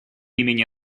имени